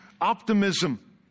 optimism